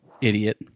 idiot